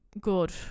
good